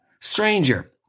stranger